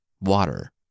water